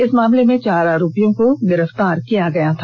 इस मामले में चार आयोपियों को गिरफ्तार किया गया था